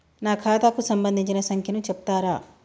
నా ఖాతా కు సంబంధించిన సంఖ్య ను చెప్తరా?